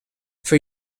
for